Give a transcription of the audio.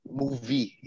movie